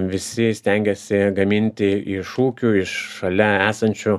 visi stengiasi gaminti iš ūkių iš šalia esančių